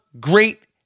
great